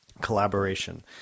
collaboration